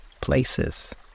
places